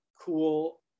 cool